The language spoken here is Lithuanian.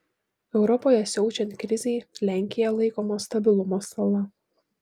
europoje siaučiant krizei lenkija laikoma stabilumo sala